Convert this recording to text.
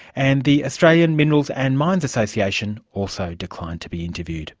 and the australian minerals and mines association also declined to be interviewed.